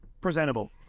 presentable